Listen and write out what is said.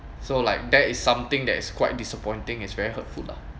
so like there is something that is quite disappointing is very hurtful lah